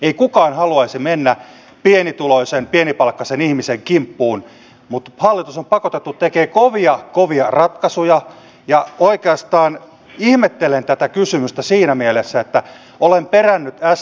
ei kukaan haluaisi mennä pienituloisen pienipalkkaisen ihmisen kimppuun mutta hallitus on pakotettu tekemään kovia kovia ratkaisuja ja oikeastaan ihmettelen tätä kysymystä siinä mielessä että olen perännyt sdpltä vaihtoehtoa